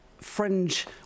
fringe